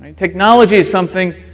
technology is something